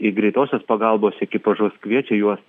į greitosios pagalbos ekipažus kviečia juos